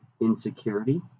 insecurity